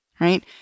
right